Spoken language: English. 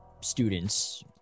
students